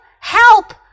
Help